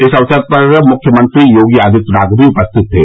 इस अवसर पर मुख्यमंत्री योगी आदित्यनाथ भी उपस्थित थे